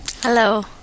Hello